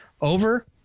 over